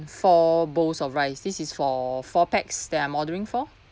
four bowls of rice this is for four pax that I'm ordering for